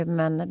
men